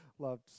loved